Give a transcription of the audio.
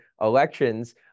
elections